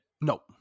No